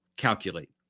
Calculate